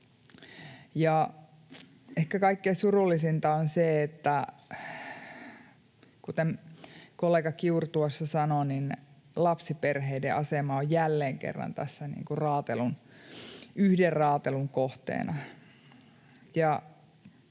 ehkä kaikkein surullisinta on se, kuten kollega Kiuru tuossa sanoi, että lapsiperheiden asema on jälleen kerran tässä raatelun kohteena.